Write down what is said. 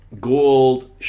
Gold